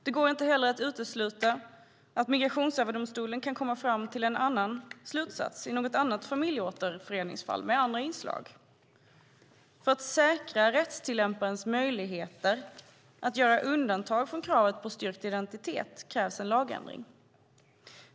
Det går inte heller att utesluta att Migrationsöverdomstolen kan komma fram till en annan slutsats i något annat familjeåterföreningsfall med andra inslag. För att säkra rättstillämparens möjligheter att göra undantag från kravet på styrkt identitet krävs en lagändring.